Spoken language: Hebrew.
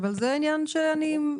זה עניין שלהם.